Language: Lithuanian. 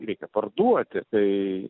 reikia parduoti tai